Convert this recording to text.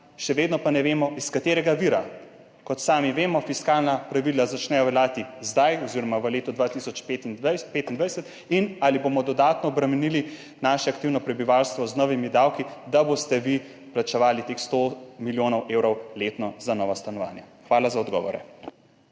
še vedno pa ne vemo, iz katerega vira? Kot sami vemo, fiskalna pravila začnejo veljati zdaj oziroma v letu 2025. Zanima me tudi: Ali bomo dodatno obremenili naše aktivno prebivalstvo z novimi davki, da boste vi plačevali teh 100 milijonov evrov letno za nova stanovanja? Hvala za odgovore.